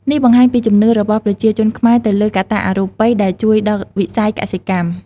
នេះបង្ហាញពីជំនឿរបស់ប្រជាជនខ្មែរទៅលើកត្តាអរូបិយដែលជួយដល់វិស័យកសិកម្ម។